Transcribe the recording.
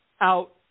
out